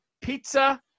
Pizza